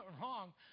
wrong